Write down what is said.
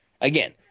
Again